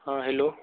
हाँ हैलो